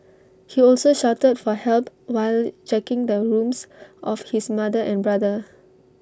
he also shouted for help while checking the rooms of his mother and brother